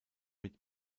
mit